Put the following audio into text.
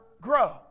grow